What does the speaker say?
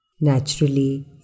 Naturally